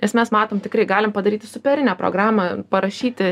nes mes matom tikrai galim padaryti superinę programą parašyti